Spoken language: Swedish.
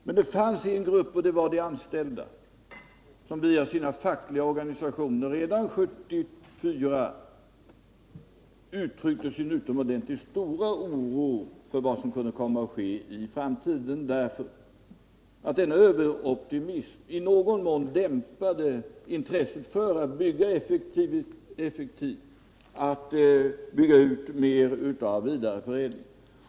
Men det fanns en grupp — de anställda — som via sina fackliga organisationer redan 1974 uttryckte sin stora oro för vad som kunde komma att ske i framtiden — denna överoptimism dämpade i någon mån intresset för att bygga ut mer av vidareförädling.